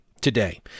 today